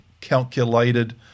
calculated